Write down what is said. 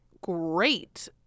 great